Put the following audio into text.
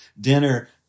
dinner